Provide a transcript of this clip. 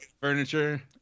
furniture